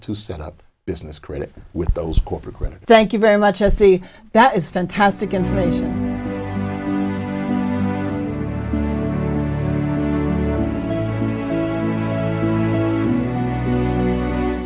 to set up business credit with those corporate credit thank you very much i see that is fantastic information